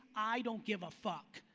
i don't give a fuck.